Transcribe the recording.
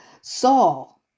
Saul